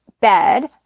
bed